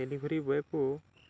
delivery ବୟକୁ